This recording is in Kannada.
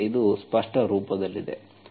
ಆದ್ದರಿಂದ ಇದು ಸ್ಪಷ್ಟ ರೂಪದಲ್ಲಿದೆ